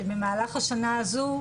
שבמהלך השנה הזו,